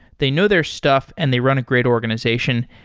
they know their stuff and they run a great organization.